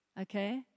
okay